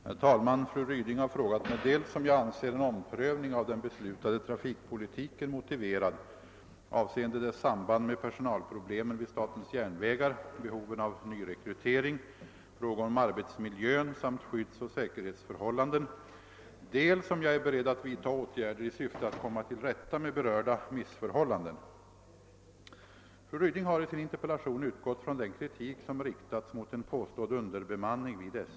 Herr talman! Fru Ryding har frågat mig dels om jag anser en omprövning av den beslutade trafikpolitiken motiverad avseende dess samband med personalproblemen vid statens järnvägar, behoven av nyrekrytering, frågor om arbetsmiljön samt skyddsoch säkerhetsförhållanden, dels om jag är beredd att vidta åtgärder i syfte att komma till rätta med berörda missförhållanden. Fru Ryding har i sin interpellation utgått från den kritik som riktats mot en påstådd underbemanning vid SJ.